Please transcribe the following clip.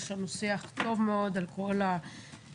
יש לנו שיח טוב מאוד על כל הנושא,